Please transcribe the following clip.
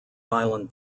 island